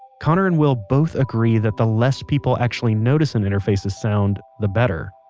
conor and will both agree that the less people actually notice an interface's sounds, the better,